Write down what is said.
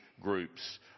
groups